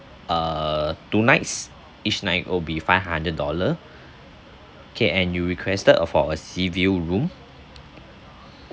err two nights each night will five hundred dollar okay and you requested uh for a sea view room